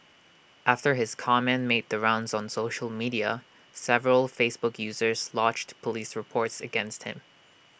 after his comment made the rounds on social media several Facebook users lodged Police reports against him